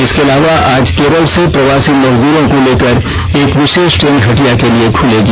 इसके अलावा आज केरल से प्रवासी मजदूरों को लेकर एक विषेष ट्रेन हटिया के लिए खूलेगी